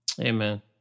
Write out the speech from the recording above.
Amen